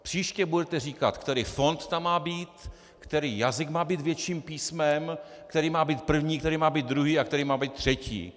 Příště budete říkat, který fond tam má být, který jazyk má být větším písmem, který má být první, který má být druhý a který má být třetí.